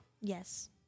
Yes